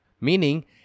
Meaning